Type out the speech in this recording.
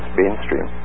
mainstream